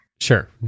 sure